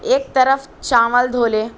ایک طرف چاول دھو لے